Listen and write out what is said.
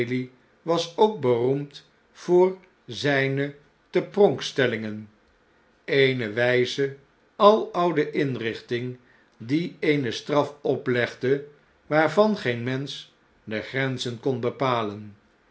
was ook beroemd voor zjjne tepronkstellingen eene wflze aloude indenting die eene straf oplegde wfarvan geen mensch de grenzen kon bepalen